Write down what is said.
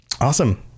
Awesome